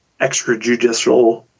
extrajudicial